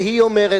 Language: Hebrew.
את זה היא אומרת,